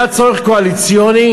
היה צורך קואליציוני,